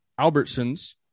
Albertsons